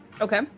Okay